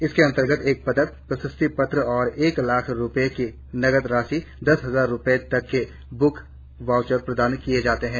इसके अंतर्गत एक पदक प्रशस्ति पत्र और एक लाख रुपये की नकद राशि दस हजार रुपये तक के बुक वाउचर प्रदान किये जाते हैं